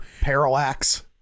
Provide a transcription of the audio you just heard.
Parallax